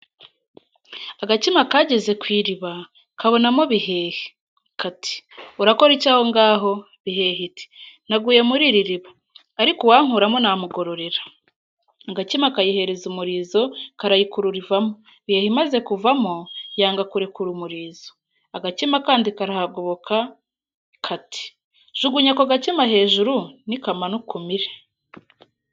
Agakima kageze ku iriba, kabonamo Bihehe. Kati:“Urakora iki ahongaho?” Bihehe iti: “Naguye muri iri riba, ariko uwankuramo namugororera.” Agakima kayihereza umurizo, karayikurura ivamo. Bihehe imaze kuvamo, yanga kurekura umurizo. Agakima kandi karahagoboka. Kati :“Jugunya ako gakima hejuru, nikamanuka umire.”